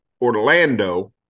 Orlando